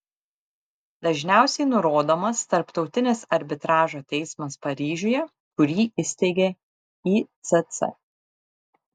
dažniausiai nurodomas tarptautinis arbitražo teismas paryžiuje kurį įsteigė icc